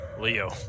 Leo